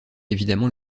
évidemment